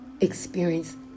experience